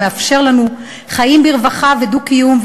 המאפשר לנו חיים ברווחה ודו-קיום,